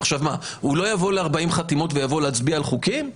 עכשיו מה - הוא לא יבוא ל-40 חתימות ויבוא להצביע על חוקים?